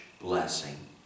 blessing